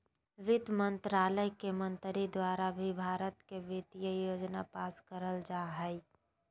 वित्त मन्त्रालय के मंत्री द्वारा ही भारत के वित्तीय योजना पास करल जा हय